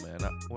man